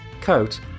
coat